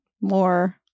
more